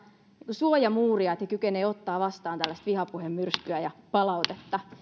suojamuuria että kykenevät ottamaan vastaan tällaista vihapuhemyrskyä ja palautetta